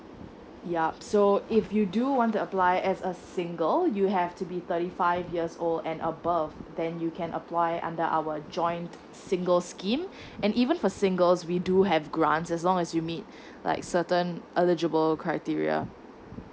yup so if you do want to apply as a single you have to be thirty five years old and above then you can apply under our joint single scheme and even for singles we do have grants as long as you meet like certain eligible criteria